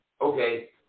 okay